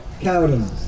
Cowden